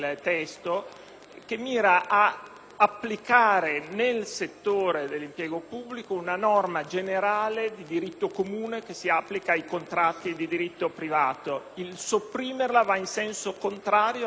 applicare nel settore dell'impiego pubblico una norma generale di diritto comune che si applica ai contratti di diritto privato. Sopprimerla va in senso contrario alla logica generale dell'ordinamento.